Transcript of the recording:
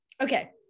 Okay